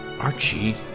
Archie